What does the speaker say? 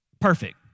Perfect